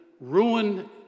Ruin